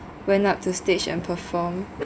went up to stage and perform